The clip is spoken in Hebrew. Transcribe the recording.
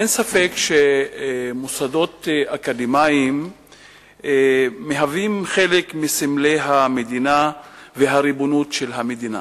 אין ספק שמוסדות אקדמיים מהווים חלק מסמלי המדינה והריבונות של המדינה.